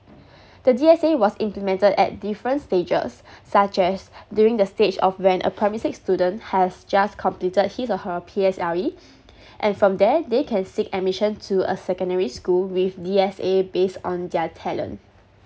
the D_S_A was implemented at different stages such as during the stage of when a primary six student has just completed his or her P_S_L_E and from there they can seek admission to a secondary school with D_S_A based on their talent